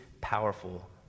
powerful